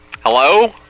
Hello